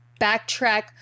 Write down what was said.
backtrack